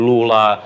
Lula